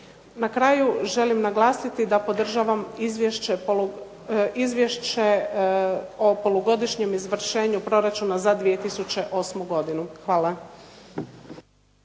Na kraju želim naglasiti da podržavam izvješće o polugodišnjem izvršenju proračuna za 2008. godinu. Hvala.